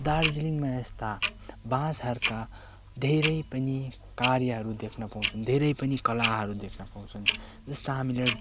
दार्जिलिङमा यस्ता बाँसहरूका धेरै पनि कार्यहरू देख्न पाउँछन् धेरै पनि कलाहरू देख्न पाउँछन् जस्तो हामीले